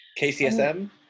kcsm